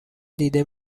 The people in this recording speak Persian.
دیده